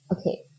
okay